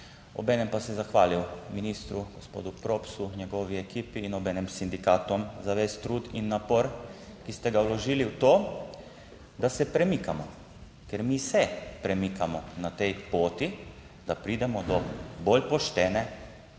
Obenem pa se zahvalil ministru, gospodu Propsu, njegovi ekipi in obenem sindikatom za ves trud in napor, ki ste ga vložili v to, da se premikamo. Ker mi se premikamo na tej poti, da pridemo do bolj poštene